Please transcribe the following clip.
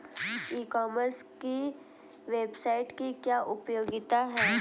ई commerce की website की क्या उपयोगिता है?